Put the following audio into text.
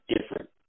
different